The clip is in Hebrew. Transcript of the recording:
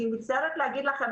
אני מצטערת להגיד לכם,